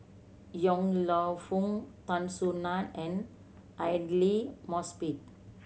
Yong Lew Foong Tan Soo Nan and Aidli Mosbit